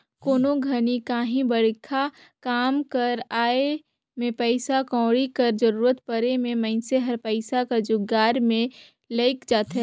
कोनो घनी काहीं बड़खा काम कर आए में पइसा कउड़ी कर जरूरत परे में मइनसे हर पइसा कर जुगाड़ में लइग जाथे